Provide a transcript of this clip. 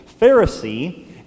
Pharisee